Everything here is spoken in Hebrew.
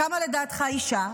כמה לדעתך אישה?